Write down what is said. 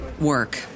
work